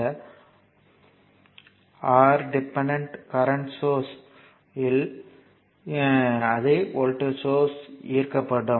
இந்த R dependent current source இல் அதே வோல்டேஜ் ஈர்க்கப்படும்